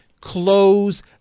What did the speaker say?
close